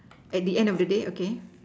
at the end of the day okay